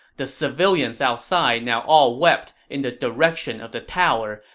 the civilians outside now all wept in the direction of the tower,